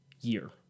year